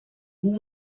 who